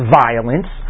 violence